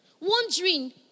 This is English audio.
Wondering